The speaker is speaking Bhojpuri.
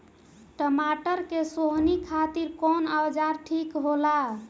टमाटर के सोहनी खातिर कौन औजार ठीक होला?